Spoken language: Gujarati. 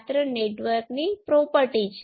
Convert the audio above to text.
આપેલ સર્કિટ હોય છે